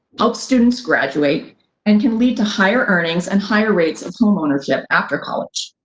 helps students graduate and can lead to higher earnings and higher rates of homeownership after college.